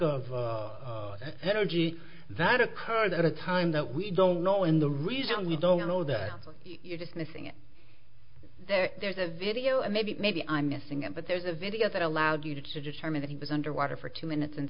of energy that occurred at a time that we don't know in the reason we don't know that you're dismissing it there there's a video and maybe maybe i'm missing it but there's a video that allowed you to determine that he was underwater for two minutes and